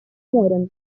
морем